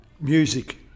music